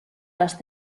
las